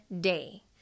day